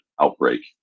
outbreak